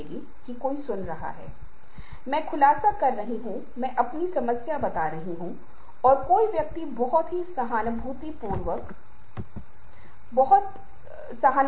इसलिए जगहा अनुष्ठान हमारे पास है हम जगहा अनुष्ठानों का पालन करते हैं सिनेमा हॉल में सार्वजनिक स्थानों में विभिन्न स्थानों पर और विभिन्न स्थानों में हमारे पास अलग अलग स्थान अनुष्ठान हैं